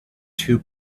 two